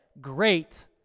great